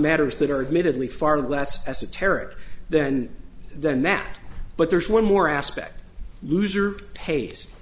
matters that are admitted in the far less esoteric then than that but there's one more aspect loser pays